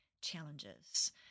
challenges